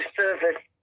service